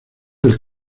del